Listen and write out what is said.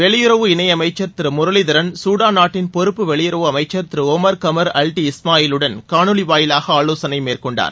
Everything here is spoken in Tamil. வெளியுறவு இணையமைச்சர் திரு முரளிதரன் சூடான் நாட்டின் பொறுப்பு வெளியுறவு அமைச்சர் திரு ஒமர் கமர் அவ்டி இஸ்மாயிலுடன் காணொலி வாயிலாக ஆலோசனை மேற்கொண்டார்